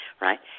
right